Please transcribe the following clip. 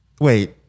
Wait